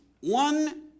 one